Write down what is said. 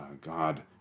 God